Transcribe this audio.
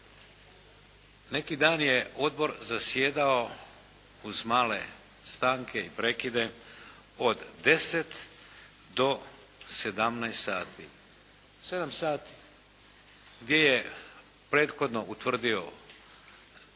neki dan je odbor zasjedao uz male stanke i prekide od 10 do 17 sati, 7 sati, gdje je prethodno utvrdio da